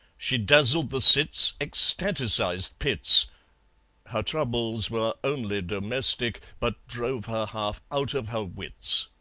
she dazzled the cits ecstaticised pits her troubles were only domestic, but drove her half out of her wits.